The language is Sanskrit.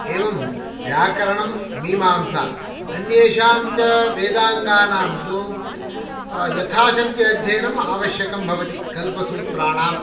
एवं व्याकरणं मीमांसा अन्येषां च वेदाङ्गानां तु यथा शक्ति अध्ययनम् आवश्यकं भवति कल्पसूत्राणां